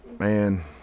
Man